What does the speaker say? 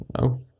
no